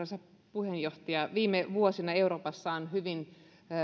puheenjohtaja viime vuosina euroopassa on hyvin